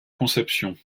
conception